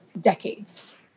decades